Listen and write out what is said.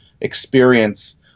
experience